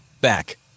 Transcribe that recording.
Back